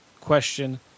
question